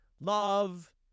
love